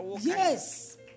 Yes